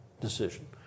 decision